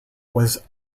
was